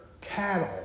cattle